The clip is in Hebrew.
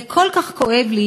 זה כל כך כואב לי,